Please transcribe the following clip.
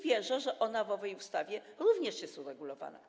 Wierzę, że ona w owej ustawie również jest uregulowana.